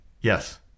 Yes